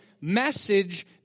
message